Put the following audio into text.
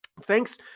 thanks